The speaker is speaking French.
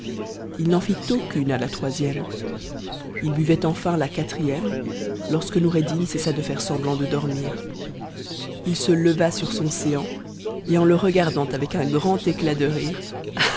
il n'en fit aucune à la troisième ii buvait nfin la quatrième lorsque noureddin cessa de faire semblant de dormir t se leva sur son séant et en le regardant avec un grand éclat de rire